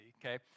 okay